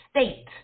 state